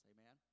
Amen